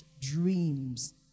dreams